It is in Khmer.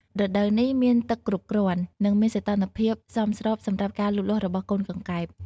រដូវនេះមានទឹកគ្រប់គ្រាន់ និងមានសីតុណ្ហភាពសមស្របសម្រាប់ការលូតលាស់របស់កូនកង្កែប។